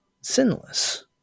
sinless